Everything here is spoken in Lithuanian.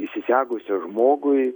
įsisegusios žmogui